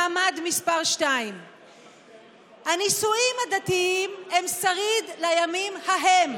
מעמד מס' 2. הנישואים הדתיים הם שריד לימים ההם,